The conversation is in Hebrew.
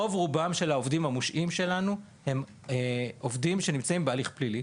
רוב רובם של העובדים המושעים שלנו הם עובדים שנמצאים בהליך פלילי.